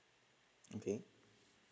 okay